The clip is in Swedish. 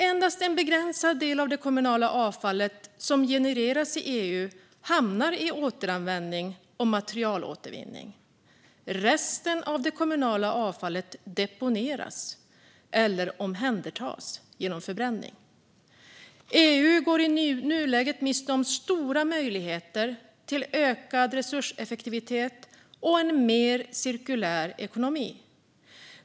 Endast en begränsad del av det kommunala avfall som genereras i EU hamnar i återanvändning eller materialåtervinning. Resten av det kommunala avfallet deponeras eller omhändertas genom förbränning. EU går i nuläget miste om stora möjligheter till ökad resurseffektivitet och en mer cirkulär ekonomi.